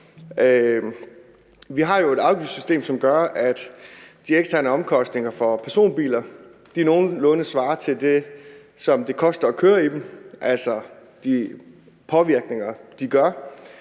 Vi har et afgiftssystem, som gør, at de eksterne omkostninger for personbiler nogenlunde svarer til det, som det koster at køre i dem, altså til de påvirkninger, de har.